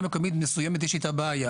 מקומית מסוימת אני חושב שיש לי איתה בעיה,